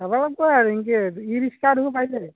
যাব লাগিব আৰু এনেকৈ ই ৰিক্সা আৰু পাই যায়